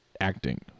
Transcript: acting